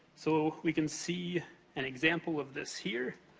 so, we can see an example of this here.